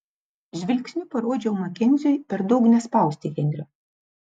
žvilgsniu parodžiau makenziui per daug nespausti henrio